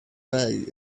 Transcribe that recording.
way